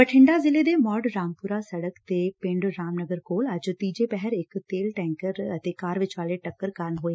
ਬਠਿੰਡਾ ਜ਼ਿਲ੍ਲੇ ਚ ਮੌੜ ਰਾਮਪੁਰਾ ਸੜਕ ਤੇ ਪਿੰਡ ਰਾਮਨਗਰ ਕੋਲ ਅੱਜ ਤੀਜੇ ਪਹਿਰ ਇੱਕ ਤੇਲ ਟੈੱਕਰ ਅਤੇ ਕਾਰ ਵਿਚਾਲੇ ਟੱਕਰ ਕਾਰਨ ਹੋਏ